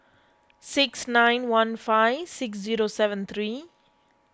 six nine one five six zero seven three